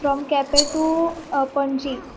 from Quepem to Panaji